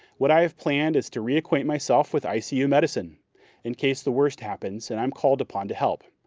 what i have planned is to reacquaint myself with icu medicine in case the worst happens and i'm called upon to help.